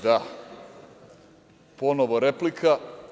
Da, ponovo replika.